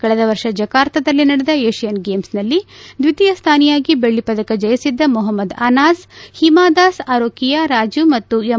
ಕಳೆದ ವರ್ಷ ಜಕಾರ್ತದಲ್ಲಿ ನಡೆದ ಏಷ್ಠನ್ ಗೇಮ್ನಲ್ಲಿ ದ್ವಿತೀಯ ಸ್ಥಾನಿಯಾಗಿ ದೆಳ್ಳ ಪದಕ ಜಯಿಸಿದ್ದ ಮೊಪಮ್ಹದ್ ಅನಾಸ್ ಹಿಮಾದಾಸ್ ಅರೋಕಿಯಾ ರಾಜೀವ್ ಮತ್ತು ಎಂ